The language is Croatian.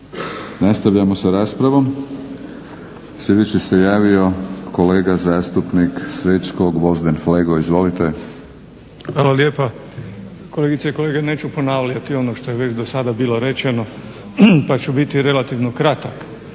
Nastavljamo s raspravom. Sljedeći se javio kolega zastupnik Srećko Gvozden Flego. Izvolite. **Flego, Gvozden Srećko (SDP)** Hvala lijepa. Kolegice i kolege, neću ponavljati ono što je već do sada bilo rečeno pa ću biti relativno kratak.